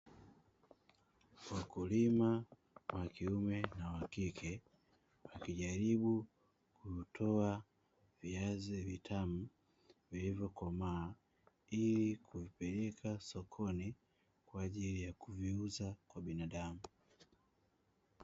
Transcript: Wakulima wa kiume na wa kike wakijaribu kutoa viazi vitamu vilivyokomaa ili kuvipeleka sokoni kwa ajili ya kuviuza kwa binadamu.